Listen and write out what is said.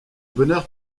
bonheur